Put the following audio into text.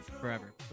forever